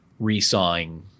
resawing